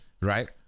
right